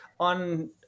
on